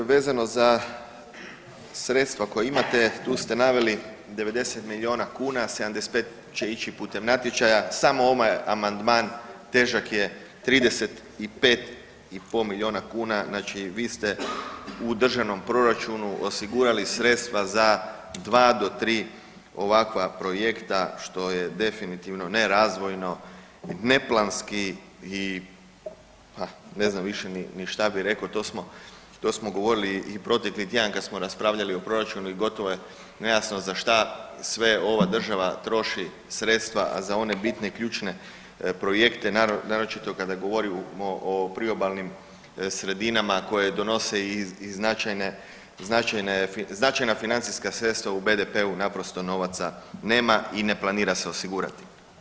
Evo vezano za sredstva koja imate tu ste naveli 90 milijuna kuna, 75 će ići putem natječaja, samo ovaj amandman težak je 35,5 milijuna kuna, znači vi ste u državnom proračunu osigurali sredstva za dva do tri ovakva projekta što je definitivno nerazvojno, neplanski i ha ne znam više ni šta bi rekao, to smo govorili i protekli tjedan kad smo raspravljali o proračunu i gotovo je nejasno za šta sve ova država troši sredstva, a za one bitne ključne projekte naročito kada govorimo o priobalnim sredinama koje donose i značajna financijska sredstva u BDP-u naprosto novaca nema i ne planira se osigurati.